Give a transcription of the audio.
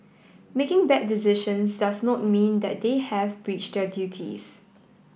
making bad decisions does not mean that they have breached their duties